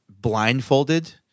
blindfolded